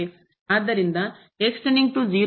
ಆದ್ದರಿಂದ x 0 ಹಾಗೂ